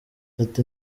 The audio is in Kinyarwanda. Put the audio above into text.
ati